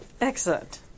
Excellent